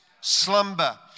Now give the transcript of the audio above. slumber